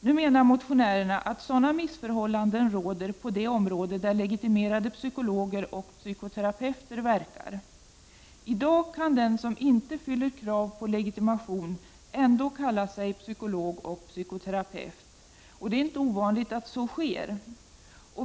Nu menar motionärerna att sådana missförhållanden råder på det område där legitimerade psykologer och psykoterapeuter verkar. I dag kan den som inte fyller krav på legitimation ändå kalla sig psykolog eller psykoterapeut. Det är inte ovanligt att så sker.